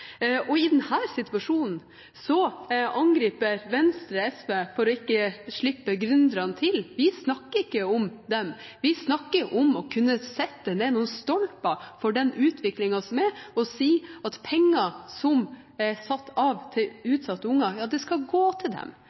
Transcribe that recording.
I denne situasjonen angriper Venstre SV for ikke å slippe gründerne til. Vi snakker ikke om dem, vi snakker om å kunne sette ned noen stolper for den utviklingen som er, og si at penger som er satt av til utsatte unger – ja, de skal gå til dem.